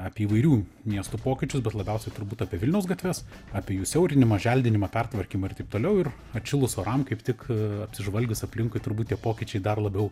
apie įvairių miestų pokyčius bet labiausiai turbūt apie vilniaus gatves apie jų siaurinimą želdinimą pertvarkymą ir taip toliau ir atšilus oram kaip tik apsižvalgius aplinkui turbūt tie pokyčiai dar labiau